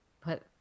put